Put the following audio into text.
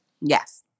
Yes